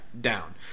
down